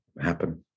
happen